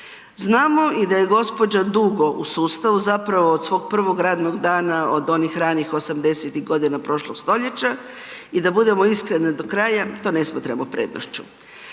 Znamo i da je gospođa dugo u sustavu, zapravo od svog prvog radnog dana, od onih ranih 80-ih godina prošlog stoljeća i da budemo iskreni do kraja, to ne smatramo prednošću.